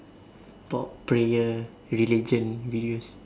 top players religion we use